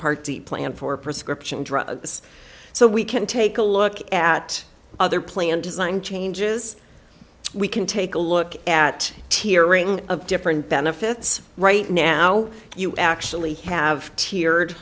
part d plan for prescription drugs so we can take a look at other plan design changes we can take a look at tearing of different benefits right now you actually have tiered